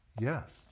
yes